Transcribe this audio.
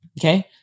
Okay